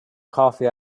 coffee